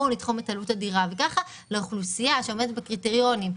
בואו נתחום את עלות הדירה וככה לאוכלוסייה שעומדת בקריטריונים,